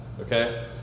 okay